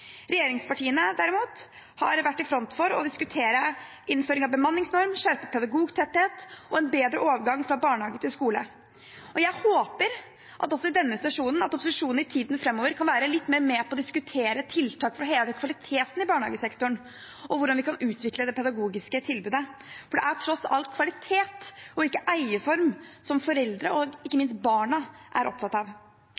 Regjeringspartiene, derimot, har vært i front for å diskutere innføring av bemanningsnorm, skjerpet pedagogtetthet og en bedre overgang fra barnehage til skole. Jeg håper også i denne sesjonen at opposisjonen i tiden framover kan være litt mer med på å diskutere tiltak for å heve kvaliteten i barnehagesektoren, og hvordan vi kan utvikle det pedagogiske tilbudet. For det er tross alt kvalitet og ikke eierform foreldrene og ikke